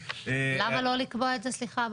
למה לא לקבוע את זה, סליחה?